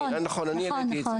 אני העליתי את זה.